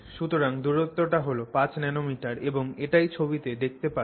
সুতরাং দূরত্বটা হল 5 nanometer এবং এটাই ছবিতে দেখতে পাচ্ছ